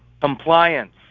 Compliance